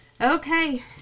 okay